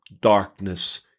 darkness